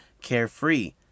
carefree